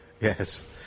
Yes